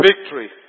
victory